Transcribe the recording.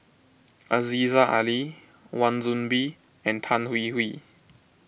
Aziza Ali Wan Soon Bee and Tan Hwee Hwee